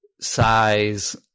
size